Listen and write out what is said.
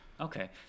okay